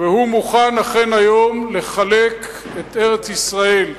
והוא מוכן אכן היום לחלק את ארץ-ישראל,